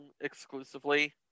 exclusively